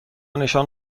نشان